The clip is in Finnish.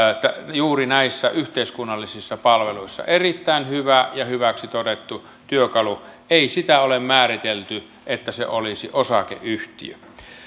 juuri näissä yhteiskunnallisissa palveluissa erittäin hyvä ja hyväksi todettu työkalu ei sitä ole määritelty että se olisi osakeyhtiö